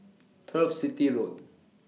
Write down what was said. Turf City Road